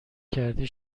کردی